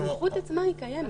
הסמכות עצמה קיימת.